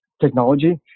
technology